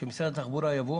שמשרד התחבורה יודיע